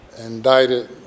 indicted